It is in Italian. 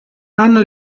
hanno